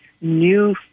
new